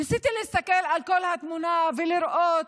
ניסיתי להסתכל על כל התמונה ולראות,